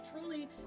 truly